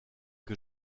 que